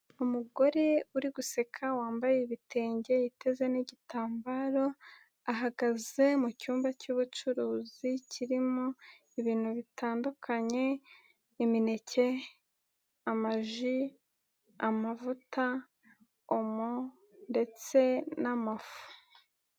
Umugore uri guseka wambaye ibitenge witeze n'igitambaro, ahagaze mu cyumba cy'ubucuruzi kirimo ibintu bitandukanye; imineke, amaji, amavuta, omo ndetse n'amafu.